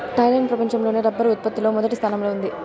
Thailand ప్రపంచం లోనే rubber ఉత్పత్తి లో మొదటి స్థానంలో ఉంది